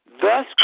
thus